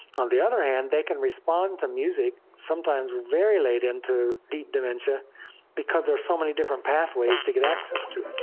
on the other hand, they can respond to music, sometimes very late into deep dementia because there's so many different pathways to get access to.